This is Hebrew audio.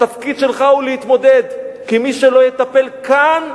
התפקיד שלך הוא להתמודד, כי מי שלא יטפל כאן,